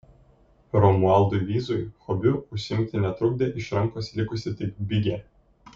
romualdui vyzui hobiu užsiimti netrukdė iš rankos likusi tik bigė